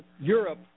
Europe